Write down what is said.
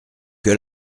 que